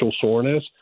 soreness